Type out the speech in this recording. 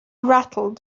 rattled